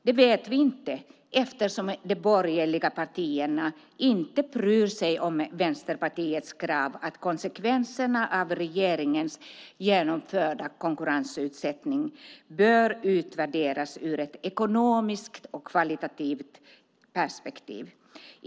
Det vet vi inte eftersom de borgerliga partierna inte bryr sig om Vänsterpartiets krav att konsekvenserna av regeringens genomförda konkurrensutsättning bör utvärderas ur ett ekonomiskt och kvalitativt perspektiv.